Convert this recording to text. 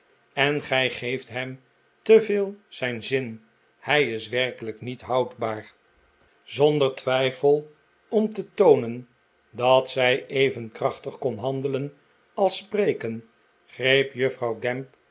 en gij geeft hem te veel zijn zin hij is werkelijk niet houdbaar zonder twijfel om te toonen dat zij even krachtig kon handelen als spreken greep juffrouw